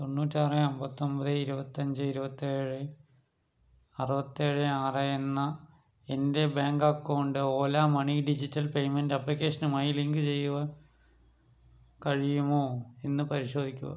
തൊണ്ണൂറ്റിയാറ് അമ്പത്തൊമ്പത് ഇരുപത്തഞ്ച് ഇരുപത്തേഴ് അറുപത്തേഴ് ആറ് എന്ന എൻ്റെ bank account Ola money digital payment ആപ്ലിക്കേഷനുമായി ലിങ്കു ചെയ്യുവാൻ കഴിയുമോ എന്ന് പരിശോധിക്കുക